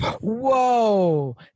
Whoa